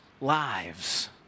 lives